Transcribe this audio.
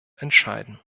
entscheiden